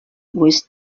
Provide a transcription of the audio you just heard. was